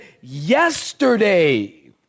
yesterday